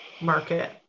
market